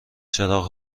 چراغ